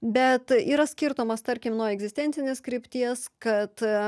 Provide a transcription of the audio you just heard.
bet yra skirtumas tarkim nuo egzistencinės krypties kad